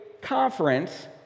conference